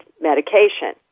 medication